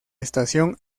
estación